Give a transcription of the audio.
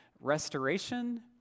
restoration